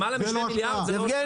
למעלה משני מיליארד זה לא השקעה?